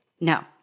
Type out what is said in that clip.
no